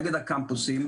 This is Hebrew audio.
נגד הקמפוסים,